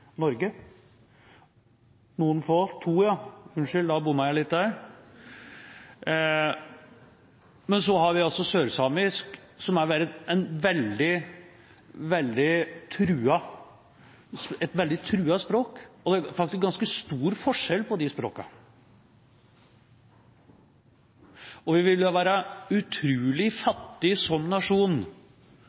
Norge – unnskyld, to; da bommet jeg litt der. Og vi har altså sørsamisk, som er et veldig truet språk. Det er faktisk ganske stor forskjell på de språkene, og vi vil bli utrolig fattig som nasjon